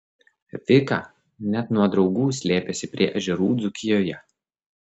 vika net nuo draugų slėpėsi prie ežerų dzūkijoje